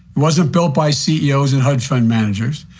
wasn't built by ceos and hedge fund managers.